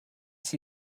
see